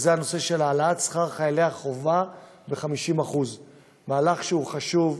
וזה את הנושא של העלאת שכר חיילי החובה ב-50% מהלך שהוא חשוב,